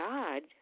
God